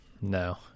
no